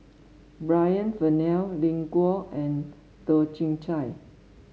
Brian Farrell Lin Gao and Toh Chin Chye